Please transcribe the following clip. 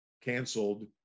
canceled